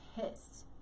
pissed